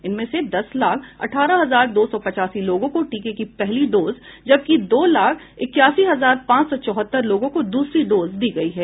इनमें से दस लाख अठारह हजार दो सौ पचासी लोगों को टीके की पहली डोज जबकि दो लाख इक्यासी हजार पांच सौ चौहत्तर लोगों को दूसरी डोज दी गयी है